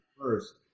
first